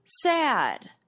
sad